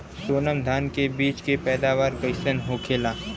सोनम धान के बिज के पैदावार कइसन होखेला?